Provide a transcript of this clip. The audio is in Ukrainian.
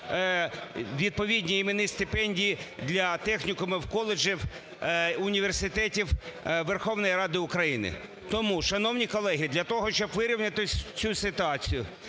відповідні іменні стипендії для технікумів, коледжів, університетів Верховної Ради України. Тому, шановні колеги, для того, щоб вирівняти цю ситуацію,